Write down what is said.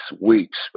weeks